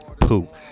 Poop